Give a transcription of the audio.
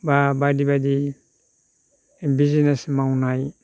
बा बायदि बायदि बिजनेस मावनाय